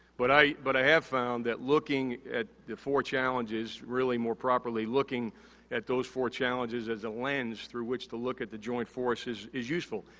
but, i but i have found that looking at the four challenges really more properly looking at those four challenges as as a lens through which to look at the joint forces is useful.